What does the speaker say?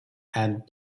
and